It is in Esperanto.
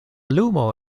lumo